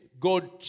God